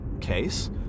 case